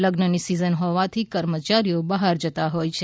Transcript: લઝની season હોવાથી કર્મચારીઓ બહાર જતા હોય છે